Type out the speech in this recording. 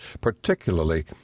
particularly